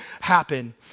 happen